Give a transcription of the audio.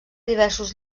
diversos